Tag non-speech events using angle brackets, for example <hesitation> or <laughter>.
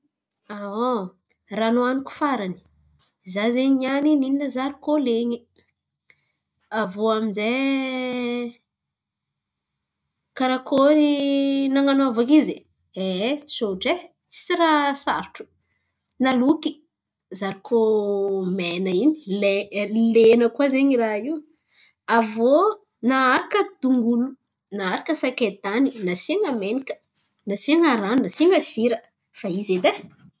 <hesitation> Raha nihoaniko farany, za zen̈y niany nihina zarikô len̈y aviô aminjay karakôry nan̈anaovako izy? Ehe, tsotra e! Tsisy raha sarotro. Naloky zarikô mena io le- lena koa zen̈y raha io aviô naharaka dongolo, naharaka sakay tany, nasian̈a menakà, nasian̈a rano, nasian̈a sira, fa izy edy e.